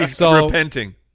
repenting